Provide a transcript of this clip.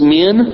men